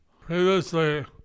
Previously